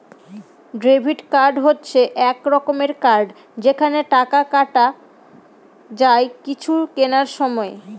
debit card হচ্ছে এক রকমের কার্ড যেখানে টাকা কাটা যায় কিছু কেনার সময়